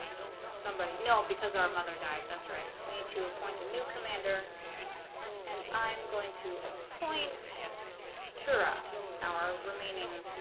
somebody no because our mother died that's right we need to appoint a new commander and i'm going to appoint tura our remaining